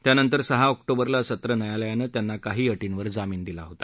त्यानंतर सहा ऑक्टोबरला सत्र न्यायालयानं त्यांना काही अटींवर जामिन दिला होता